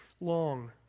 Long